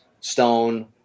stone